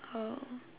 old